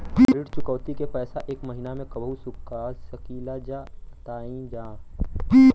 ऋण चुकौती के पैसा एक महिना मे कबहू चुका सकीला जा बताईन जा?